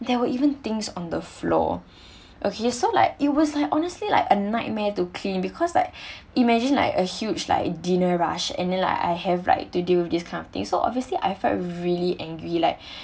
there were even things on the floor okay so like it was like honestly like a nightmare to clean because like imagine like a huge like dinner rush and then like I have like to deal this kind of thing so obviously I felt really angry like